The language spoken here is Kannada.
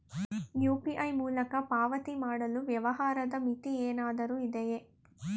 ಯು.ಪಿ.ಐ ಮೂಲಕ ಪಾವತಿ ಮಾಡಲು ವ್ಯವಹಾರದ ಮಿತಿ ಏನಾದರೂ ಇದೆಯೇ?